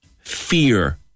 Fear